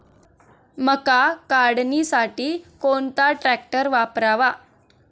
मका काढणीसाठी कोणता ट्रॅक्टर वापरावा?